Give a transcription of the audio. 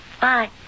Bye